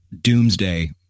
doomsday